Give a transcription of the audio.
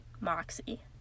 Moxie